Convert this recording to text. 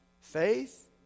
faith